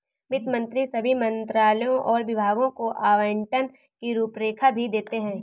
वित्त मंत्री सभी मंत्रालयों और विभागों को आवंटन की रूपरेखा भी देते हैं